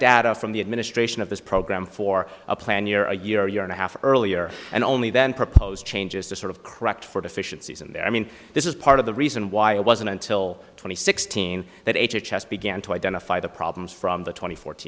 data from the administration of this program for a plan you're a year year and a half earlier and only then propose changes to sort of correct for deficiencies in the i mean this is part of the reason why it wasn't until twenty sixteen that h h s began to identify the problems from the twenty four